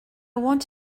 want